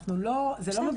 זה לא הולך למקום אחר.